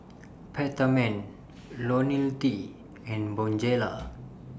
Peptamen Ionil T and Bonjela